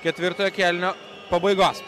ketvirtojo kėlinio pabaigos